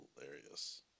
hilarious